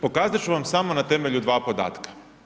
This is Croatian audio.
Pokazati ću vam samo na temelju dva podatka.